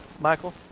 Michael